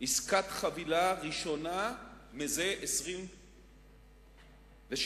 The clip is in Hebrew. עסקת חבילה ראשונה זה 26 שנים.